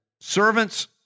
Servants